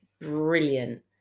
brilliant